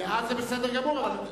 דעה זה בסדר גמור.